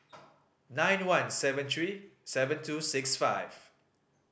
nine one seven three seven two six five